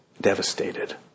devastated